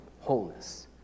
wholeness